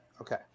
Okay